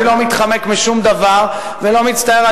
אני לא מתחמק משום דבר ולא מצטער על